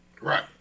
Right